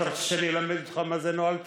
אתה רוצה שאני אלמד אותך מה זה נוהל תכ"ם?